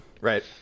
Right